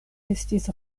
estis